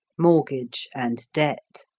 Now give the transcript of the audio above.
mortgage, and debt.